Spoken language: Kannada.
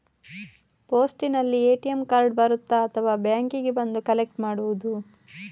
ಪೋಸ್ಟಿನಲ್ಲಿ ಎ.ಟಿ.ಎಂ ಕಾರ್ಡ್ ಬರುತ್ತಾ ಅಥವಾ ಬ್ಯಾಂಕಿಗೆ ಬಂದು ಕಲೆಕ್ಟ್ ಮಾಡುವುದು?